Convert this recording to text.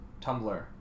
Tumblr